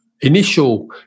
initial